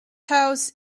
house